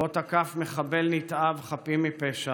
שבו תקף מחבל נתעב חפים מפשע,